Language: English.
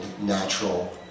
natural